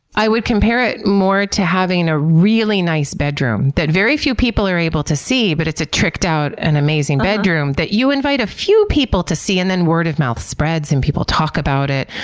i would compare it more to having a really nice bedroom bedroom that very few people are able to see, but it's a tricked out and amazing bedroom that you invite a few people to see and then word of mouth spreads and people talk about it.